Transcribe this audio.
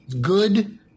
Good